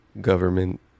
government